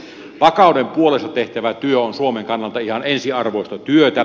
vakauden puolesta tehtävä työ on suomen kannalta ihan ensiarvoista työtä